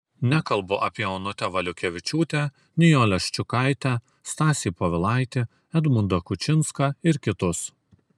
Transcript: nekalbu apie onutę valiukevičiūtę nijolę ščiukaitę stasį povilaitį edmundą kučinską ir kitus